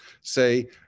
say